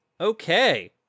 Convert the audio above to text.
Okay